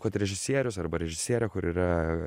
kad režisierius arba režisierė kur yra